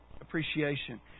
Appreciation